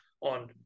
on